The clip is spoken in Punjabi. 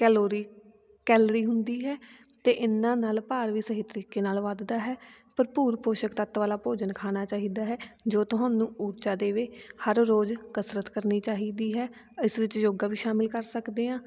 ਕੈਲੋਰੀ ਕੈਲਰੀ ਹੁੰਦੀ ਹੈ ਅਤੇ ਇਹਨਾਂ ਨਾਲ ਭਾਰ ਵੀ ਸਹੀ ਤਰੀਕੇ ਨਾਲ ਵੱਧਦਾ ਹੈ ਭਰਪੂਰ ਪੋਸ਼ਕ ਤੱਤ ਵਾਲਾ ਭੋਜਨ ਖਾਣਾ ਚਾਹੀਦਾ ਹੈ ਜੋ ਤੁਹਾਨੂੰ ਊਰਜਾ ਦੇਵੇ ਹਰ ਰੋਜ਼ ਕਸਰਤ ਕਰਨੀ ਚਾਹੀਦੀ ਹੈ ਇਸ ਵਿੱਚ ਯੋਗਾ ਵੀ ਸ਼ਾਮਿਲ ਕਰ ਸਕਦੇ ਹਾਂ